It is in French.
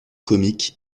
comiques